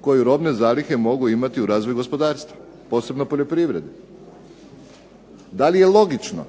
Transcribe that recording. koju robne zalihe mogu imati u razvoju gospodarstva, posebno poljoprivrede. Da li je logično